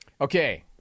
Okay